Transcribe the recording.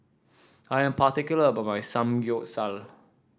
I am particular about my Samgyeopsal